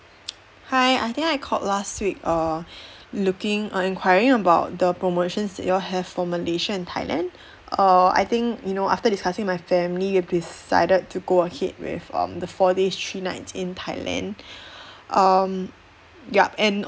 hi I think I called last week err looking uh enquiring about the promotions that you all have for malaysia and thailand err I think you know after discussing with my family we've decided to go ahead with um the four days three nights in thailand um yup and